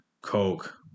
Coke